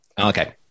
Okay